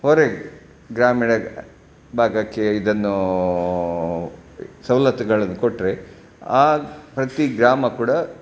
ಹೊರಗೆ ಗ್ರಾಮೀಣ ಭಾಗಕ್ಕೆ ಇದನ್ನೂ ಸವ್ಲತ್ತುಗಳನ್ನು ಕೊಟ್ಟರೆ ಆ ಪ್ರತಿ ಗ್ರಾಮ ಕೂಡ